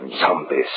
Zombies